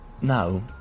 now